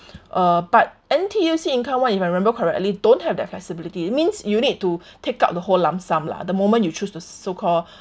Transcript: uh but N_T_U_C income [one] if I remember correctly don't have that flexibility it means you need to take out the whole lump sum lah the moment you choose to so call